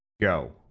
Go